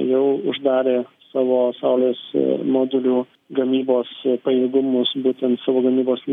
jau uždarė savo saulės modulių gamybos pajėgumus būtent savo gamybos